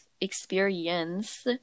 experience